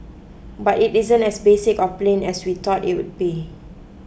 but it isn't as basic or plain as we thought it would be